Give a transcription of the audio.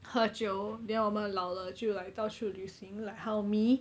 喝酒 then 我们老了就 like 到处旅行 like how me